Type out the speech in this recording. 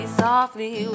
softly